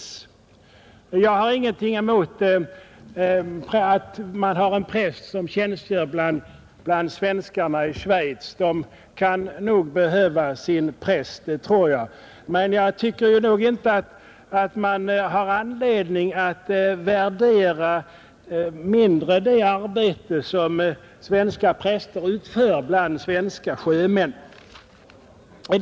Jag har ingenting emot att man har en präst som tjänstgör bland svenskarna i Schweiz — de kan behöva sin präst, tror jag — men jag tycker inte man har anledning värdera det arbete mindre som svenska präster utför bland svenska sjömän i utländska hamnar.